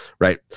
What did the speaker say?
Right